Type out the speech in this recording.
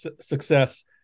success